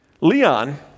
Leon